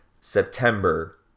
September